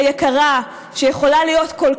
הוא עוד פה להרבה שנים,